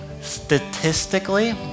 Statistically